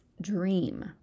dream